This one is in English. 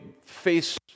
face